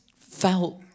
felt